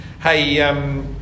Hey